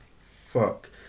fuck